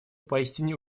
поистине